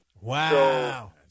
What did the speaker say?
Wow